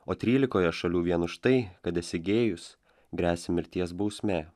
o trylikoje šalių vien už tai kad esi gėjus gresia mirties bausmė